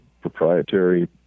proprietary